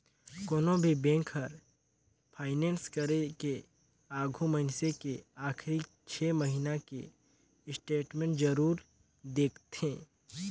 कोनो भी बेंक हर फाइनेस करे के आघू मइनसे के आखरी छे महिना के स्टेटमेंट जरूर देखथें